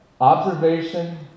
Observation